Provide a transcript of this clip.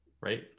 right